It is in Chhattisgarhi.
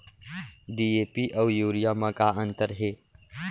डी.ए.पी अऊ यूरिया म का अंतर हे?